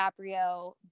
DiCaprio